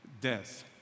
death